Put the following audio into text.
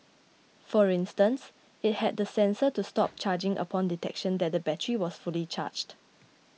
for instance it had a sensor to stop charging upon detection that the battery was fully charged